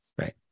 Right